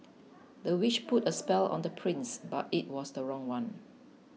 the witch put a spell on the prince but it was the wrong one